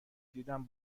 دیدم